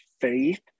faith